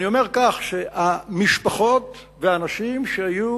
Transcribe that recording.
אני אומר כך: המשפחות והאנשים היו